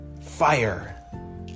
Fire